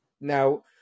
Now